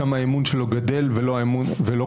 שם האמון שלו גדל ולא קטן.